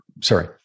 Sorry